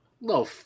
no